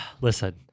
Listen